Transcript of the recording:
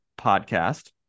podcast